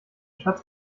schatz